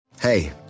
Hey